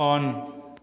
on